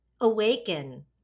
awaken